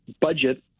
budget